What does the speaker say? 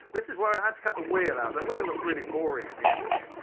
this is where i had to cut the wheel out. the wheel looks really boring in the image.